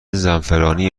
زعفرانی